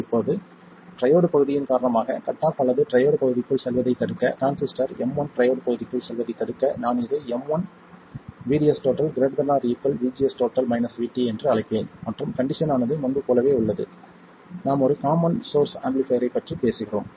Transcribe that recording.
இப்போது ட்ரையோட் பகுதியின் காரணமாக கட் ஆஃப் அல்லது ட்ரையோட் பகுதிக்குள் செல்வதைத் தடுக்க டிரான்சிஸ்டர் M 1 ட்ரையோட் பகுதிக்குள் செல்வதைத் தடுக்க நான் இதை M 1 VDS ≥ VGS VT என்று அழைப்பேன் மற்றும் கண்டிஷன் ஆனது முன்பு போலவே உள்ளது நாம் ஒரு காமன் சோர்ஸ் ஆம்பிளிஃபைர் ஐப் பற்றி பேசுகிறோம்